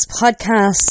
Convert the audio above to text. podcast